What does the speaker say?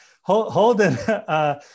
Holden